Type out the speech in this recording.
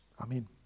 amen